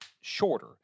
shorter